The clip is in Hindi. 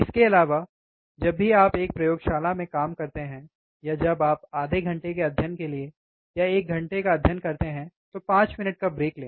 इसके अलावा जब भी आप एक प्रयोगशाला में काम करते हैं या जब आप आधे घंटे के अध्ययन के लिए या एक घंटे का अध्ययन करते हैं तो 5 मिनट का ब्रेक लें